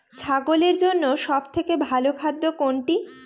ছাগলের জন্য সব থেকে ভালো খাদ্য কোনটি?